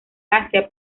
asia